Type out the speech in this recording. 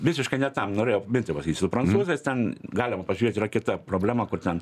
visiškai ne tam norėjau mintį pasakyt su prancūzais ten galima pažiūrėt yra kita problema kur ten